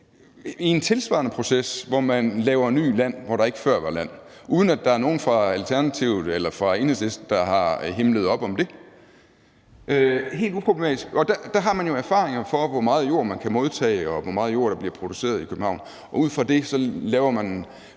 i en tilsvarende proces, hvor man laver nyt land, hvor der ikke før var land, uden at der er nogen fra Alternativet eller fra Enhedslisten, der har himlet op om det. Det er helt uproblematisk, og der har man jo erfaringer for, hvor meget jord man kan modtage, og hvor meget jord der bliver produceret i København, og ud fra det laver man